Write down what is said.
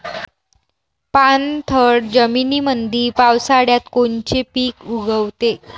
पाणथळ जमीनीमंदी पावसाळ्यात कोनचे पिक उगवते?